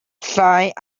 sight